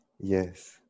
yes